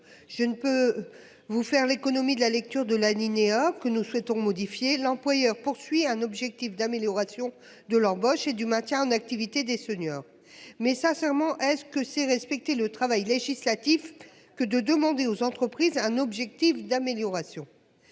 Je ne peux vous faire l'économie de la lecture de La Linea que nous souhaitons modifier l'employeur poursuit un objectif d'amélioration de l'embauche et du maintien en activité des seniors. Mais sincèrement, est-ce que c'est respecter le travail législatif que de demander aux entreprises un objectif d'amélioration.